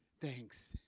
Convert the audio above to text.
thanks